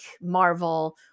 Marvel